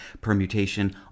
permutation